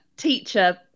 Teacher